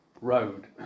road